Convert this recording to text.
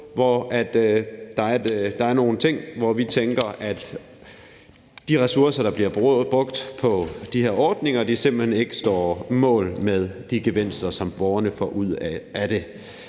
der er nogle ting, hvor vi tænker, at de ressourcer, der bliver brugt på de her ordninger, simpelt hen ikke står mål med de gevinster, som borgerne får ud af det.